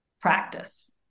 practice